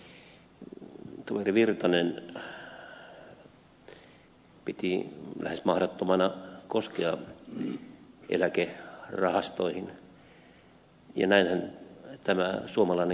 täällä puheenvuoroissa muun muassa edustajatoveri virtanen piti lähes mahdottomana koskea eläkerahastoihin ja näinhän tämä suomalainen keskustelu kulkee